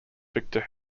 viktor